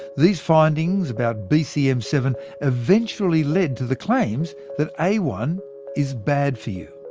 these findings about bcm seven eventually led to the claims that a one is bad for you.